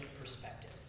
perspective